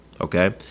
Okay